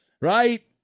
right